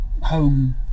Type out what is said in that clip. home